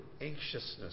anxiousness